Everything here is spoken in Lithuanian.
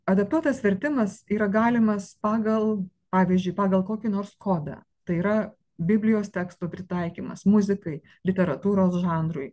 adaptuotas vertimas yra galimas pagal pavyzdžiui pagal kokį nors kodą tai yra biblijos teksto pritaikymas muzikai literatūros žanrui